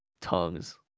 Tongues